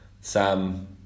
Sam